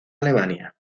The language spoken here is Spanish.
alemania